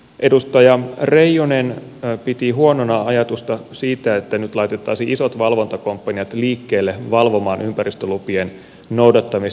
edustaja reijonen piti huonona ajatusta siitä että nyt laitettaisiin isot valvontakomppaniat liikkeelle valvomaan ympäristölupien noudattamista